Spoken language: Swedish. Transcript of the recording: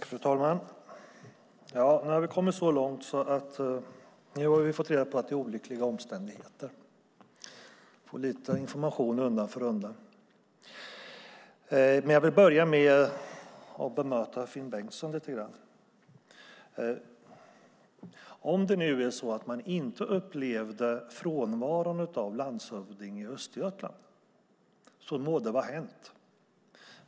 Fru talman! Nu har vi kommit så långt att vi har fått reda på att det handlar om olyckliga omständigheter. Vi får lite information undan för undan. Jag vill dock börja med att bemöta Finn Bengtsson. Om det nu är så att man inte upplevde frånvaron av en landshövding i Östergötland på något särskilt sätt så må det vara hänt.